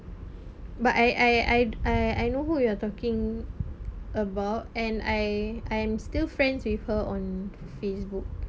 but I I I I I know who you are talking about and I am still friends with her on Facebook